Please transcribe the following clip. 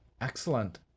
Excellent